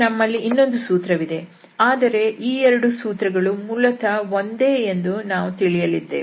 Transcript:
ಈಗ ನಮ್ಮಲ್ಲಿ ಇನ್ನೊಂದು ಸೂತ್ರವಿದೆ ಆದರೆ ಈ ಎರಡೂ ಸೂತ್ರಗಳು ಮೂಲತಃ ಒಂದೇ ಎಂದು ನಾವು ತಿಳಿಯಲಿದ್ದೇವೆ